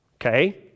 okay